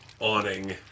awning